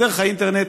דרך האינטרנט,